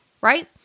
right